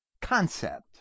concept